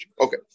Okay